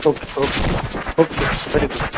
okay okay okay very good